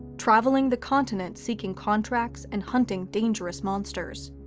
travelling the continent seeking contracts and hunting dangerous monsters.